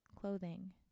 clothing